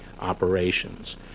operations